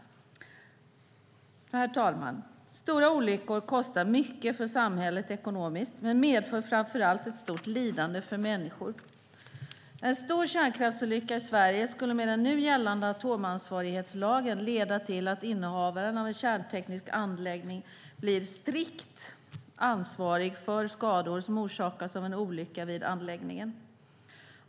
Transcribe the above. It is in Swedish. Herr talman! Stora olyckor kostar mycket för samhället ekonomiskt, men medför framför allt ett stort lidande för människor. En stor kärnkraftsolycka i Sverige skulle med den nu gällande atomansvarighetslagen leda till att innehavaren av en kärnteknisk anläggning blir strikt ansvarig för skador som orsakats av en olycka vid anläggningen.